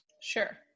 sure